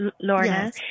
Lorna